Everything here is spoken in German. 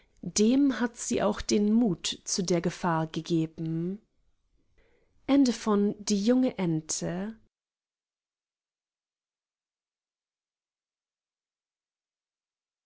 dem hat sie auch den mut zu der gefahr gegeben